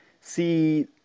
see